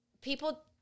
people –